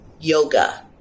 yoga